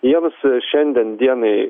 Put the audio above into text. jiems šiandien dienai